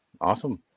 Awesome